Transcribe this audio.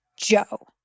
Joe